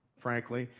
frankly,